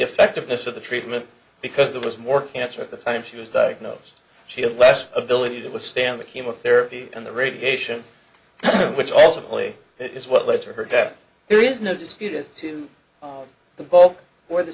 effectiveness of the treatment because there was more cancer at the time she was diagnosed she had less ability to withstand the chemotherapy and the radiation which ultimately is what led to her death there is no dispute as to the bulk or the